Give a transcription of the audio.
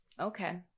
Okay